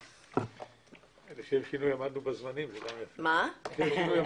ננעלה בשעה 09:00.